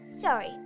Sorry